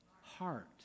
heart